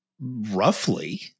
Roughly